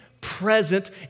present